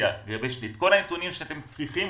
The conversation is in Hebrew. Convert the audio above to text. כל הנתונים שאתם צריכים.